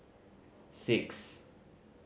six